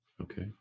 okay